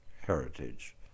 heritage